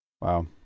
Wow